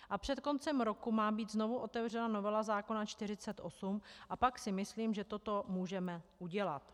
A před koncem roku má být znovu otevřena novela zákona 48 a pak si myslím, že toto můžeme udělat.